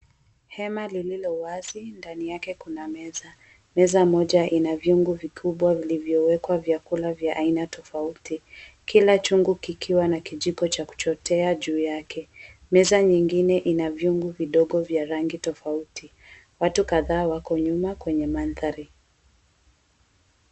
Hema lililo wazi, ndani yake kuna meza. Meza moja inavyungu vikubwa vilivyowekwa vyakula vya aina tofauti. Kila chungu kikiwa na kijiko cha kuchotea juu yake. Meza nyingine ina vyungu vidogo vya rangi tofauti. Watu kadhaa wako nyuma kwenye mandhari.